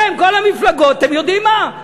אתם, כל המפלגות, אתם יודעים מה?